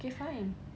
okay fine